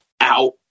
out